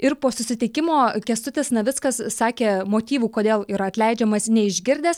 ir po susitikimo kęstutis navickas sakė motyvų kodėl yra atleidžiamas neišgirdęs